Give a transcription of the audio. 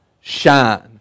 shine